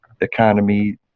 economy